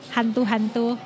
Hantu-hantu